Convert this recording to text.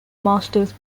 masters